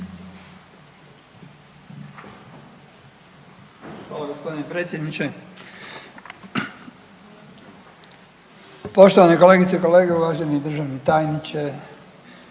Hvala vam g. potpredsjedniče HS, poštovane kolegice i kolege, poštovani državni tajniče